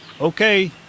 Okay